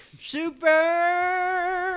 super